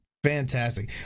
Fantastic